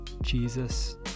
Jesus